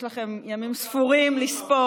יש לכם עוד ימים ספורים לספור.